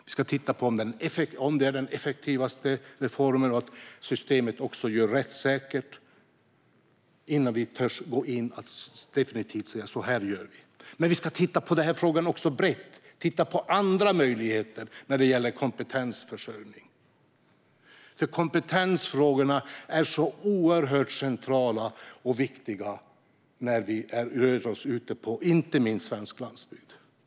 Vi ska titta på om det är den effektivaste reformen och se till att systemet görs rättssäkert innan vi går in och definitivt säger hur vi ska göra. Men vi ska titta på frågan brett och också titta på andra möjligheter när det gäller kompetensförsörjning. Kompetensfrågorna är oerhört centrala, inte minst när det handlar om svensk landsbygd.